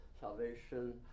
salvation